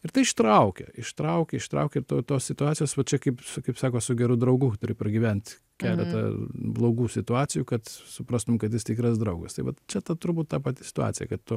ir tai ištraukia ištraukia ištraukia ir to tos situacijos va čia kaip kaip sako su geru draugu turi pragyvent keletą blogų situacijų kad suprastum kad jis tikras draugas tai vat čia ta turbūt ta pati situacija kad tu